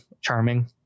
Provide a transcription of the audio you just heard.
charming